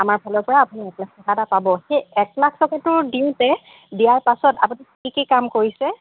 আমাৰ ফালৰ পৰা আপুনি এক লাখ টকা এটা পাব সেই এক লাখ টকাটো দিওঁতে দিয়াৰ পাছত আপুনি কি কি কাম কৰিছে